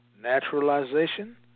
Naturalization